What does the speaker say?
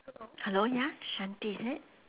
hello ya shanti is it